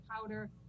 powder